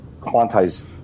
quantized